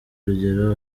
urugero